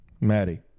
Maddie